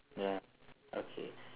ya okay